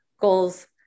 goals